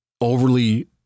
overly